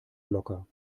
locker